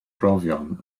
brofion